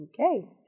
Okay